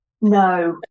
no